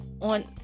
on